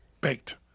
baked